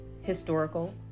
historical